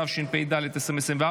התשפ"ד 2024,